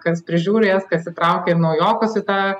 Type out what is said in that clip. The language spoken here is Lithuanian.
kas prižiūri jas kas įtraukia ir naujokus į tą